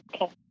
Okay